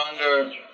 longer